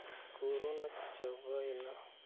corona ᱪᱟᱵᱟᱭᱮᱱᱟ